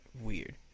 weird